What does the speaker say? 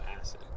acid